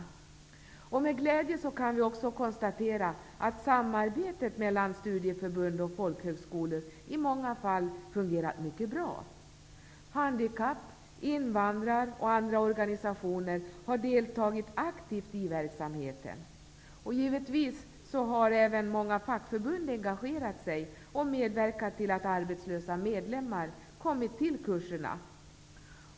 Det är med glädje vi kan konstatera att samarbetet mellan studieförbund och folkhögskolor i många fall fungerar mycket bra. Handikapp och invandrarorganisationer samt andra organisationer har deltagit aktivt i verksamheten. Givetvis har även många fackförbund engagerat sig och medverkat till att arbetslösa medlemmar kommit till kurserna.